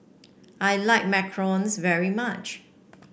I like macarons very much